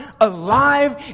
alive